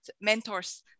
mentors